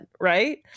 Right